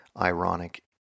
ironic